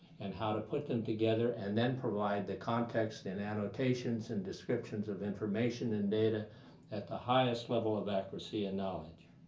and how to put them together and then provide the context and annotations and descriptions of information and data at the highest level of accuracy and knowledge.